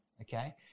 okay